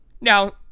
Now